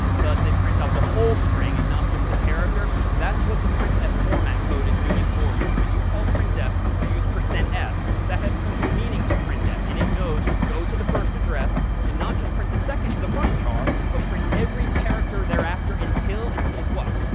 does it print out the whole string and not just the character? that's what the printf format code is doing for you. when you tell printf to use percent s, that has special meaning to printf. and it knows to go to the first address and not just print the second the first char, but print every character thereafter until it sees what?